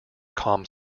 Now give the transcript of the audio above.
calm